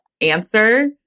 answer